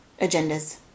agendas